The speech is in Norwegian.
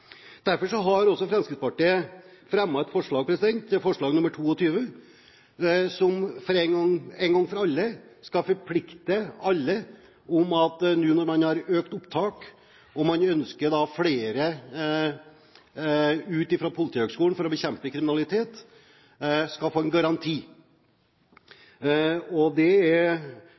Derfor har Fremskrittspartiet fremmet et forslag, det er forslag nr. 22, om en forpliktelse en gang for alle: Når man nå har økt opptaket, og man ønsker flere ut fra Politihøgskolen for å bekjempe kriminalitet, skal alle politistudenter få en garanti. En slik forpliktelse gir forutsigbarhet med hensyn til ressurstilgangen – så det